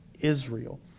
Israel